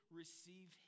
receive